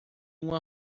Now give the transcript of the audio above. uma